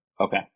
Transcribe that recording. Okay